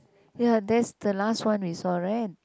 ya that's the last one we saw right